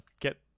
get